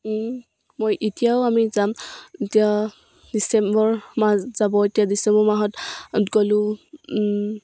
মই এতিয়াও আমি যাম এতিয়া ডিচেম্বৰ মাহ যাব এতিয়া ডিচেম্বৰ মাহত গ'লো